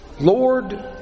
Lord